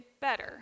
better